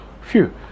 Phew